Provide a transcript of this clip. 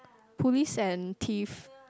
police and thief